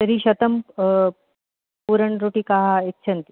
तर्हि शतं पूरण् रोटका इच्छन्ति